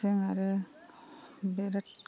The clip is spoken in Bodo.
जों आरो बेराद